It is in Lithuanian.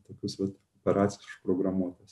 tokius vat operacijas užprogramuotas